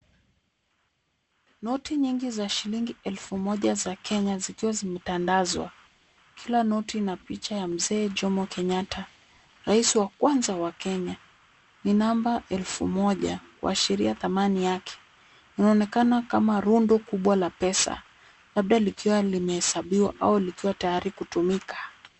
Noti nyingi za shilingi elfu moja za Kenya zikiwa zimetandazwa, kila noti ina picha ya mzee Jomo Kenyatta, rais wa kwanza wa Kenya. Ni namba elfu moja kuashiria thamani yake. Inaonekana kama rundo kubwa la pesa, labda likiwa limehesabiwa au likiwa tayari kutumika.